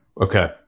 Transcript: Okay